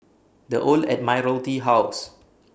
The Old Admiralty House